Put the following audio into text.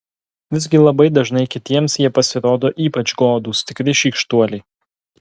visgi labai dažnai kitiems jie pasirodo ypač godūs tikri šykštuoliai